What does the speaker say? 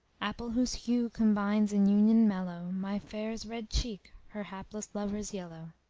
apple whose hue combines in union mellow my fair's red cheek, her hapless lover's yellow.